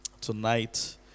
tonight